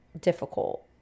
difficult